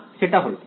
না সেটা হল